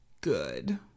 good